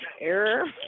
error